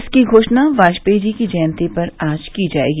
इसकी घोषणा वाजपेयी जी की जयंती पर आज की जाएगी